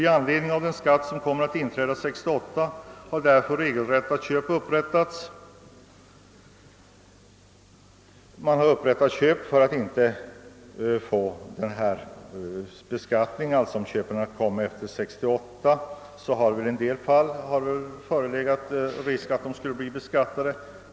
Med anledning av den skatt som kommer att träda i krafi 1968 har därför regelrätta köp gjorts för att man inte skall drabbas av denna beskattning; om köpen görs efter 1968 föreligger det i en del fall risk för att de skall bli beskattade.